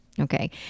Okay